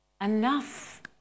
enough